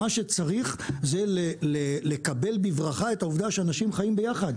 מה שצריך זה לקבל בברכה את העובדה שאנשים חיים ביחד.